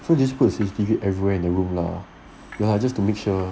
so they put C_C_T_V everywhere in the room lah ya lah just to make sure